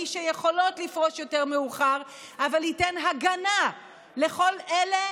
שיכולות לפרוש יותר מאוחר אבל ייתן הגנה לכל אלה